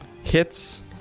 Hits